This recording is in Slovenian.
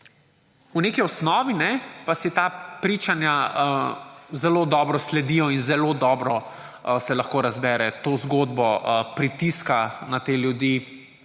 V neki osnovi pa si ta pričanja zelo dobro sledijo in zelo dobro se lahko razbere to zgodbo pritiska na te ljudi,